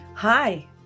Hi